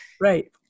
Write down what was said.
Right